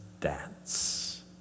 dance